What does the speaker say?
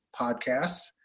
podcast